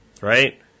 right